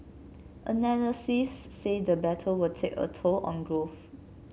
analysts say the battle will take a toll on growth